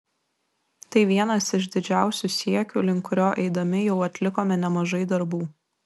tai vienas iš didžiausių siekių link kurio eidami jau atlikome nemažai darbų